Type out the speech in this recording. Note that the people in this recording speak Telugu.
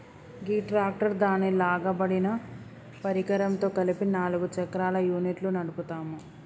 గీ ట్రాక్టర్ దాని లాగబడిన పరికరంతో కలిపి నాలుగు చక్రాల యూనిట్ను నడుపుతాము